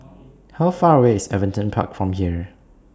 How Far away IS Everton Park from here